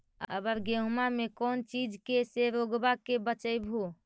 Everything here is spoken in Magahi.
अबर गेहुमा मे कौन चीज के से रोग्बा के बचयभो?